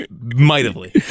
mightily